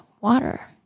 water